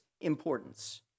importance